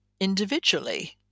individually